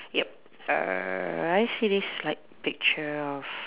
yup err I see this like picture of